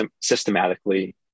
systematically